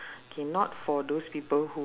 K not for those people who